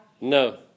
No